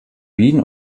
wien